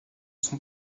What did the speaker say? son